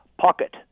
pocket